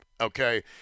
okay